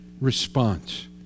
response